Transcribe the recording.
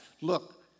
look